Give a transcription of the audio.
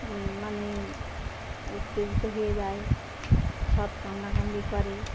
মানে উত্তেজিত হয়ে যায় সব কামড়া কামড়ি করে